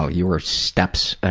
ah you were steps